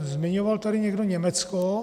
Zmiňoval tady někdo Německo.